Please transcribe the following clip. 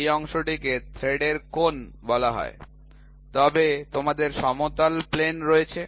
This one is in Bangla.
এই অংশটিকে থ্রেডের কোণ বলা হয় তবে তোমাদের সমতল প্লেন রয়েছে